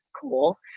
cool